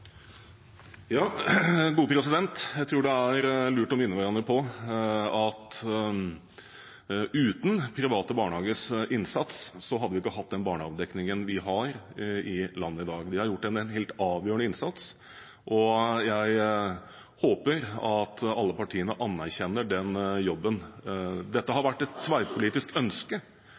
Ja, jeg tar opp forslaget fra Arbeiderpartiet. Representanten Lasse Juliussen har tatt opp det forslaget han refererte til. Jeg tror det er lurt å minne hverandre om at uten private barnehagers innsats hadde vi ikke hatt den barnehagedekningen vi har i landet i dag. De har gjort en helt avgjørende innsats. Jeg håper at alle partiene anerkjenner den jobben. Det har vært